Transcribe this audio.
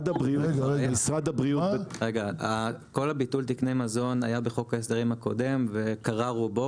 כל ביטול תקני המזון היה בחוק ההסדרים הקודם וקרה רובו,